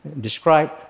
describe